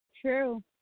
True